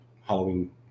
Halloween